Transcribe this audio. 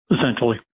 essentially